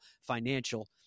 financial